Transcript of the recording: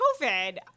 COVID